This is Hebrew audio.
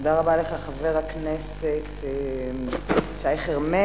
תודה רבה לך, חבר הכנסת שי חרמש.